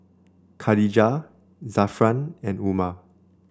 Khatijah Zafran and Umar